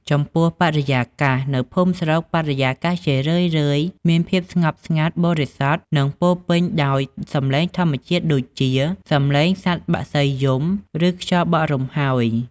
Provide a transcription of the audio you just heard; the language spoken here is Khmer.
ចំពោះ បរិយាកាស នៅភូមិស្រុកបរិយាកាស ជារឿយៗមានភាពស្ងប់ស្ងាត់ បរិសុទ្ធ និងពោរពេញដោយសំឡេងធម្មជាតិដូចជាសំឡេងសត្វបក្សីយំ ឬខ្យល់បក់រំហើយ។